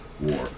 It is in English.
War